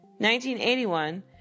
1981